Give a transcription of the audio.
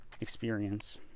experience